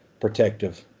protective